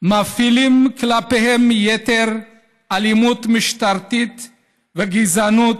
מפעילים כלפיהם יתר אלימות משטרתית וגזענות,